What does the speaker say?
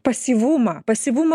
pasyvumą pasyvumą